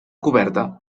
coberta